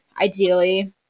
ideally